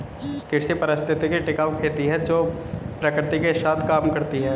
कृषि पारिस्थितिकी टिकाऊ खेती है जो प्रकृति के साथ काम करती है